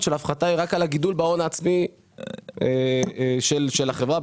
שההפחתה היא רק על הגידול בהון העצמי של החברה,